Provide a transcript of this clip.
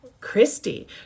Christy